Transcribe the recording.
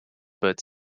but